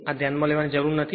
આ ધ્યાનમાં લેવાની જરૂર નથી